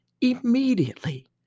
Immediately